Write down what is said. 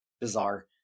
bizarre